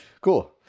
cool